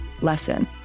lesson